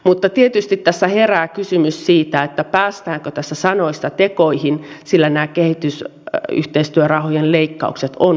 mutta tietysti tässä herää kysymys siitä päästäänkö tässä sanoista tekoihin sillä nämä kehitysyhteistyörahojen leikkaukset ovat niin rajuja